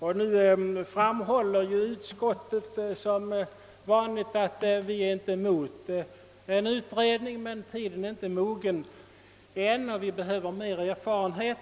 Utskottet framhåller som vanligt att det inte är emot en utredning men att tiden härför ännu inte är mogen; man behöver större erfaren het.